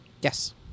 Yes